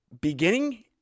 beginning